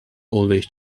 always